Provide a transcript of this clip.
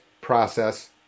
process